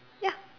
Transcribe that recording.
ya